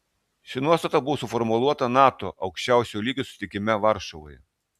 ši nuostata buvo suformuluota nato aukščiausiojo lygio susitikime varšuvoje